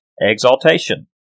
exaltation